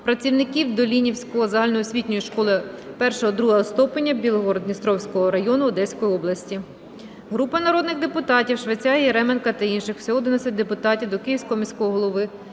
працівників Долинівської загальноосвітньої школи І-ІІ ступеня Білгород-Дністровського району Одеської області. Групи народних депутатів (Швеця, Яременка та інших, всього 11 депутатів) до Київського міського голови